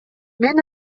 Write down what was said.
мен